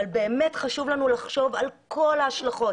באמת חשוב לנו לחשוב על כל ההשלכות.